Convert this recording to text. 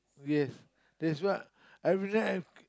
yes that's what I wouldn't have